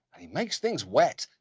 and he makes things wet.